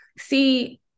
See